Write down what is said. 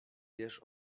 wiesz